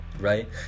right